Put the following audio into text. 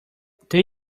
they